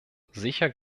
sicher